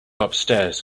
upstairs